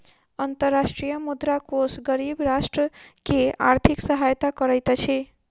अंतर्राष्ट्रीय मुद्रा कोष गरीब राष्ट्र के आर्थिक सहायता करैत अछि